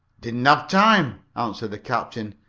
didn't have time, answered the captain.